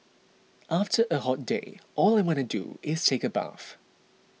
after a hot day all I want to do is take a bath